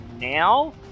now